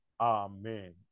Amen